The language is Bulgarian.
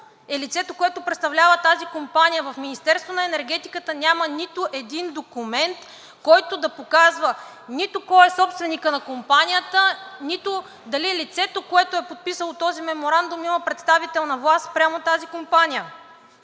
е лицето, което представлява тази компания?! В Министерството на енергетиката няма нито един документ, който да показва нито кой е собственикът на компанията, нито дали лицето, което е подписало този меморандум, има представителна власт спрямо тази компания.